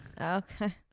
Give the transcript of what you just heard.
Okay